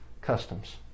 customs